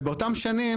ובאותן שנים,